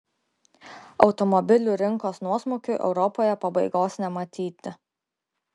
automobilių rinkos nuosmukiui europoje pabaigos nematyti